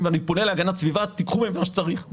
ואני פונה להגנת הסביבה תיקחו מהם מה שצריך,